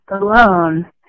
alone